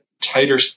Tighter